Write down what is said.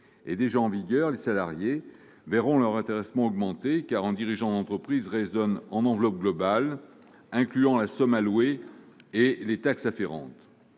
déjà en vigueur, les salariés verront leur intéressement augmenter, car un dirigeant d'entreprise raisonne en enveloppe globale incluant la somme allouée et les taxes afférentes.